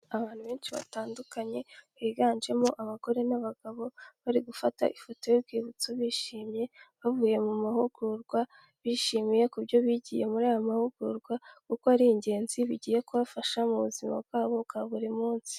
Abantu benshi batandukanye, biganjemo abagore n'abagabo, bari gufata ifoto y'urwibutso bishimye, bavuye mu mahugurwa, bishimiye ku buryo bigiye muri aya mahugurwa, kuko ari ingenzi, bigiye kubafasha, mu buzima bwabo bwa buri munsi.